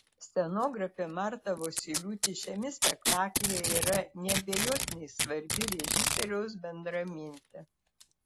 scenografė marta vosyliūtė šiame spektaklyje yra neabejotinai svarbi režisieriaus bendramintė